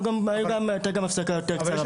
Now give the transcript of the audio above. היתה הפסקה גם יותר קצרה.